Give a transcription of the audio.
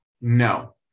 No